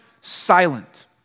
silent